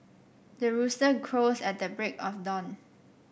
the rooster crows at the break of dawn